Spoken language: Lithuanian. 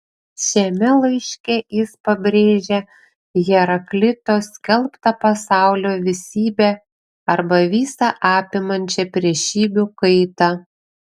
šiame laiške jis pabrėžia heraklito skelbtą pasaulio visybę arba visą apimančią priešybių kaitą